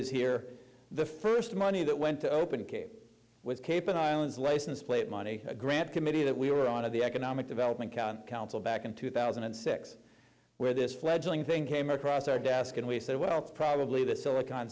is here the first money that went to open cave with cape and islands license plate money a grant committee that we were on of the economic development county council back in two thousand and six where this fledgling thing came across our desk and we said well it's probably the silicon